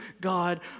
God